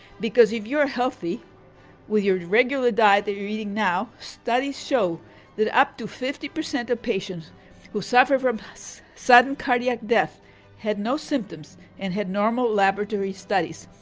because if you're healthy with your regular diet that you're eating now, studies show that up to fifty percent of patients who suffer from us sudden cardiac death had no symptoms and had normal laboratory studies.